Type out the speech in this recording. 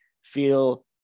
feel